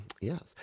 Yes